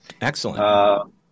Excellent